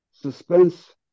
Suspense